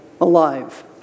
alive